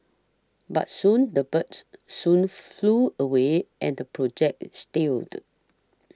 but soon the birds soon flew away and the project is stilled